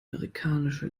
amerikanische